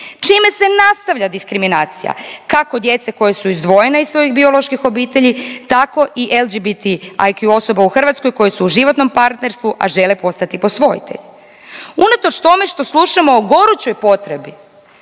čime se nastavlja diskriminacija kako djece koja su izdvojena iz svojih bioloških obitelji tako i LGBTIQ osoba u Hrvatskoj koje su u životnom partnerstvu, a žele postati posvojitelji. Unatoč tome što slušamo o gorućoj potrebi